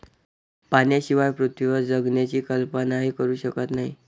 पाण्याशिवाय पृथ्वीवर जगण्याची कल्पनाही करू शकत नाही